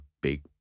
big